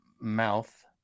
mouth